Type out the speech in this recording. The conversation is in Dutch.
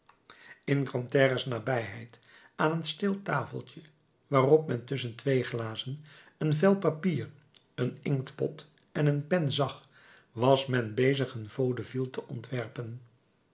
in grantaires nabijheid aan een stil tafeltje waarop men tusschen twee glazen een vel papier een inktpot en een pen zag was men bezig een vaudeville te ontwerpen